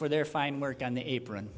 for their fine work on the apron